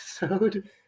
episode